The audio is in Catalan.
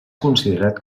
considerat